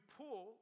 pull